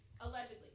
Allegedly